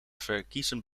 verkiezen